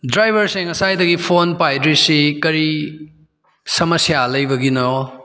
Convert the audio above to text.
ꯗ꯭ꯔꯥꯏꯚꯔꯁꯦ ꯉꯁꯥꯏꯗꯒꯤ ꯐꯣꯟ ꯄꯥꯏꯗ꯭ꯔꯤꯁꯤ ꯀꯔꯤ ꯁꯃꯁꯤꯌꯥ ꯂꯩꯕꯒꯤꯅꯣ